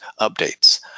updates